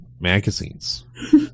magazines